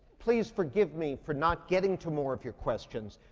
please forgive me for not getting to more of your questions.